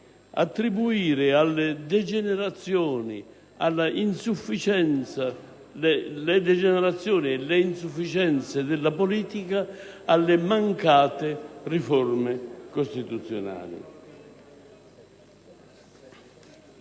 attribuire le degenerazioni e le insufficienze della politica alle mancate riforme costituzionali.